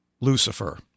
Lucifer